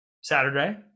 Saturday